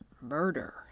murder